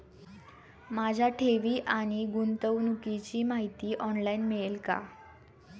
माझ्या ठेवी आणि गुंतवणुकीची माहिती ऑनलाइन मिळेल का?